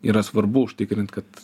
yra svarbu užtikrint kad